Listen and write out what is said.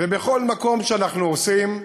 ובכל מקום שאנחנו עושים,